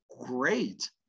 great